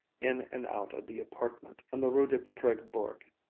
in and out of the appartement on the rue de presbourg.